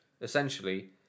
essentially